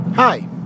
Hi